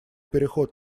переход